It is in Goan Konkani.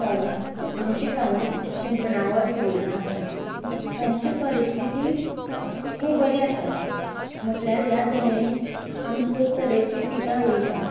हय आमचीं गावांत शिंपणावळ सुविधा आसा थंयची परिस्थिती खूब बरी आसा म्हटल्यार ह्या जमिनींत आमी खूब तरेची पिकां रोयतात